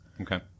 okay